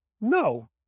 No